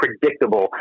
predictable